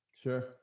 Sure